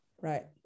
Right